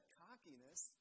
cockiness